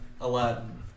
Aladdin